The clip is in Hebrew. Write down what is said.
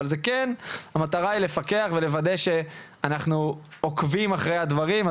המטרה היא לפקח ולוודא שאנחנו עוקבים אחרי הדברים.